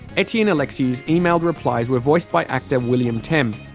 etienne alexiou's emailed replies were voiced by actor william temm.